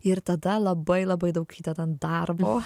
ir tada labai labai daug įdedant darbo